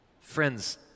Friends